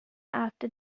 after